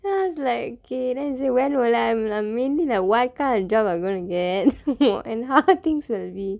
then I was like okay then he say when am I what kind of job am I gonna get and how things be